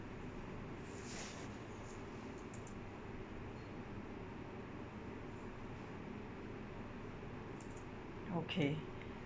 okay